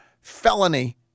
felony